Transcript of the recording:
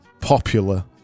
popular